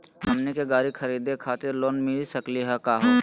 हमनी के गाड़ी खरीदै खातिर लोन मिली सकली का हो?